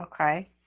Okay